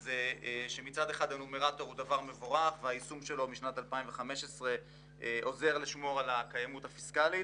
היא אימוץ הנומרטור בשנת 2015 הוא צעד מבורך לשמירה על קיימות פיסקלית,